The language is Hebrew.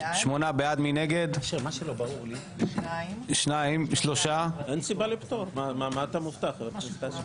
הצבעה בעד, 8 נגד, 3 נמנעים, אין הבקשה אושרה.